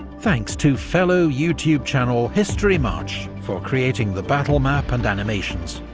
thanks to fellow youtube channel historymarche for creating the battle map and animations,